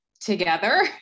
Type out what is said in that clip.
together